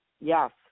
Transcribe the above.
Yes